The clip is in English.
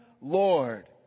Lord